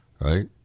right